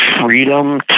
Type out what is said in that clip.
freedom